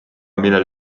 millel